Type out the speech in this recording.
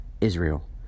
Israel